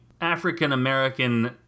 African-American